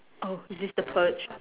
oh is this the purge